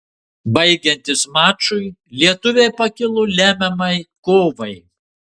baigiantis mačui lietuviai pakilo lemiamai kovai